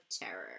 terror